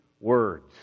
words